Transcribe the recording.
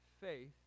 faith